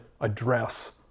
address